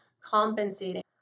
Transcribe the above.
compensating